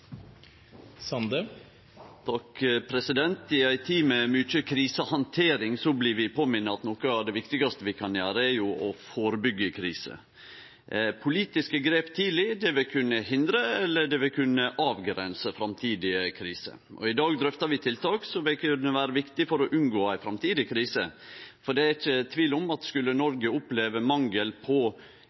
I ei tid med mykje krisehandtering blir vi minna på at noko av det viktigaste vi kan gjere, er å førebyggje kriser. Politiske grep tidleg vil kunne hindre eller avgrense framtidige kriser. I dag drøftar vi tiltak som vil kunne vere viktige for å unngå ei framtidig krise. Det er ikkje tvil om at skulle Noreg oppleve mangel på